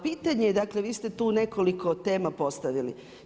Pitanje dakle, vi ste tu nekoliko tema postavili.